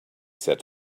said